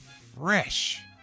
fresh